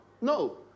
no